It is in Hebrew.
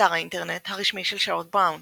אתר האינטרנט הרשמי של שרוד בראון